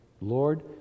Lord